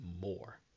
more